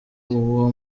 uwo